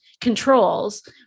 controls